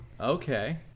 okay